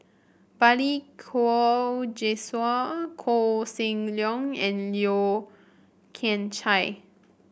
Balli Kaur Jaswal Koh Seng Leong and Yeo Kian Chye